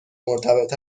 مرتبط